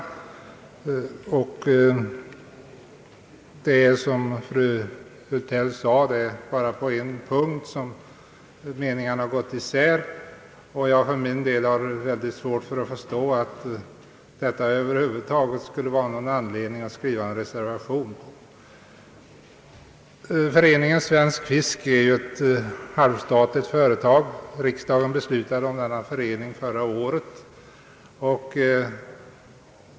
Som fru Hultell sade är det bara på en punkt som meningarna gått isär, och jag har för min del svårt att förstå att den skulle ge någon anledning att skriva en reservation. Föreningen Svensk fisk är ju ett halvstatligt företag. Riksdagen beslutade om denna förening förra året.